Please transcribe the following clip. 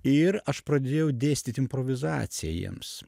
ir aš pradėjau dėstyt improvizaciją jiems